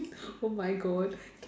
oh my god